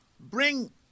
Bring